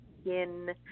skin